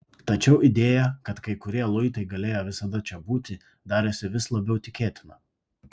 tačiau idėja kad kai kurie luitai galėjo visada čia būti darėsi vis labiau tikėtina